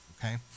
okay